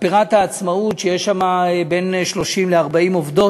מתפרת "העצמאות", שיש בה בין 30 ל-40 עובדות,